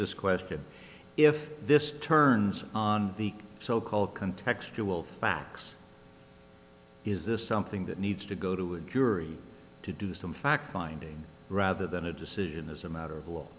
this question if this turns on the so called contextual facts is this something that needs to go to a jury to do some fact finding rather than a decision as a matter of